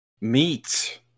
Meat